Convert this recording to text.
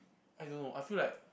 I don't know I feel like